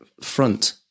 front